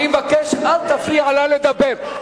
אני מבקש, אל תפריע לה לדבר.